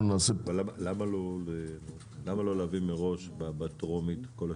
למה לא להביא מראש בטרומית את כל השינויים?